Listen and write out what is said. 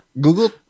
Google